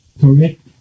Correct